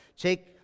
take